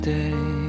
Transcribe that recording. day